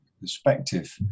perspective